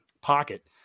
pocket